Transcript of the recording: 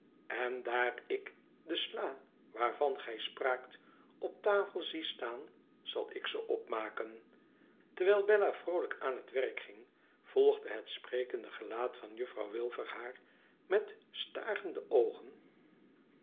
en daar ik de sla waarvan gij spraakt op tafel zie staan zal ik ze opmaken terwijl bella vroolijk aan het werk ging volgde het sprekende gelaat van juffrouw wilfer haar met starende oogen